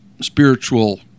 spiritual